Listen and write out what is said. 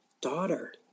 daughter